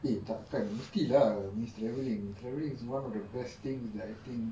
eh tak kan mesti lah miss travelling travelling is one of the best thing that I think